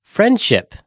Friendship